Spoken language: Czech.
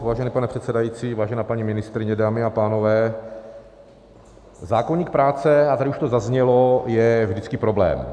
Vážený pane předsedající, vážená paní ministryně, dámy a pánové, zákoník práce, a tady už to zaznělo, je vždycky problém.